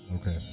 Okay